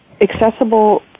accessible